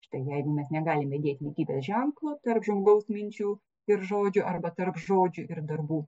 štai jeigu mes negalime dėti lygybės ženklo tarp žmogaus minčių ir žodžių arba tarp žodžių ir darbų